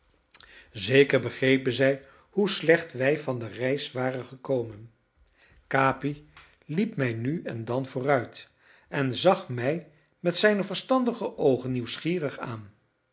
zeker begrepen zij hoe slecht wij van de reis waren gekomen capi liep mij nu en dan vooruit en zag mij met zijne verstandige oogen nieuwsgierig aan